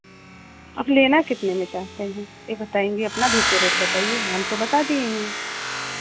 आप लेना कितने में चाहते हैं यह बताएँगे अपना भी तो रेट बताइए हम तो बता दिए हैं